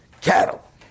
cattle